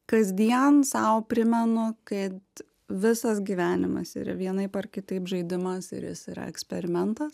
kasdien sau primenu kad visas gyvenimas yra vienaip ar kitaip žaidimas ir jis yra eksperimentas